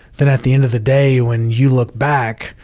then at the end of the day, when you look back,